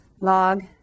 log